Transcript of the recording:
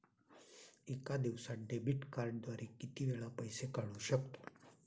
एका दिवसांत डेबिट कार्डद्वारे किती वेळा पैसे काढू शकतो?